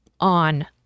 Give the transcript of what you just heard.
on